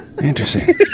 Interesting